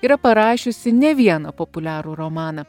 yra parašiusi ne vieną populiarų romaną